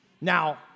Now